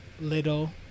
little